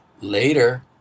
Later